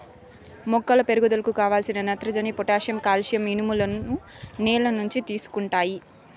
మొక్కల పెరుగుదలకు కావలసిన నత్రజని, పొటాషియం, కాల్షియం, ఇనుములను నేల నుంచి తీసుకుంటాయి